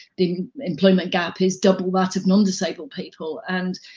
the employment gap is double that of non-disabled people and,